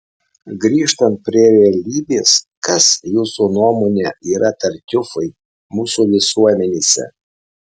grįžtant prie realybės kas jūsų nuomone yra tartiufai mūsų visuomenėse